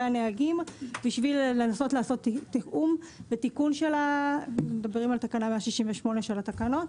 הנהגים כדי לעשות תיאום ותיקון של תקנה 168 בתקנות.